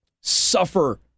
suffer